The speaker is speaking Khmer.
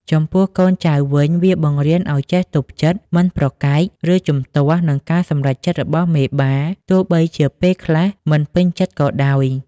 ចំពោះកូនចៅវិញ វាបង្រៀនឱ្យចេះទប់ចិត្ត មិនប្រកែក ឬជំទាស់នឹងការសម្រេចរបស់មេបា ទោះបីជាពេលខ្លះមិនពេញចិត្តក៏ដោយ។